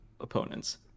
opponents